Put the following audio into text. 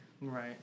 Right